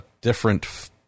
different